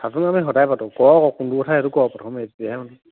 কথাটো আমি সদাইয়ে পাতো ক আকৌ কোনটো কথা সেইটো ক প্ৰথম তেতিয়াহে গম পাম